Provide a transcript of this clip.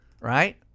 right